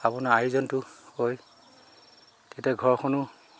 আপোনাৰ আৰ্জনটো হয় তেতিয়া ঘৰখনো